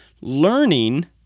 learning